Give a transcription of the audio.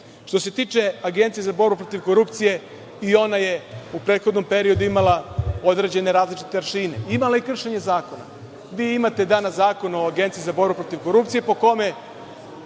se tiče Agencije za borbu protiv korupcije, i ona je u prethodnom periodu imala određene različite aršine, imala je i kršenje zakona. Danas imate Zakon o agenciji za borbu protiv korupcije po kome